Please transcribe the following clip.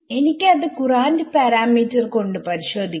എനിക്ക് ഇത് current parameter കൊണ്ട് പരിശോധിക്കാം